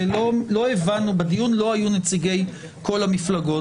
כי בדיון לא היו נציגי כל המפלגות.